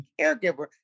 caregiver